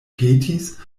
petis